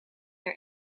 haar